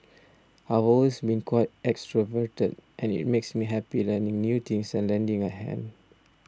I've always been quite extroverted and it makes me happy learning new things and lending a hand